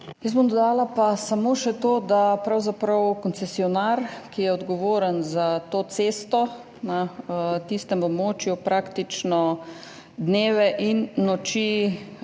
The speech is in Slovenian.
Jaz bom dodala samo še to, da pravzaprav koncesionar, ki je odgovoren za to cesto, na tistem območju praktično dneve in noči